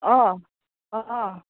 অঁ অঁ অঁ